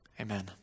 Amen